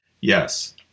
Yes